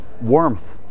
warmth